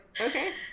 okay